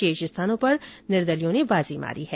शेष स्थानों पर निर्दलीयों ने बाजी मारी है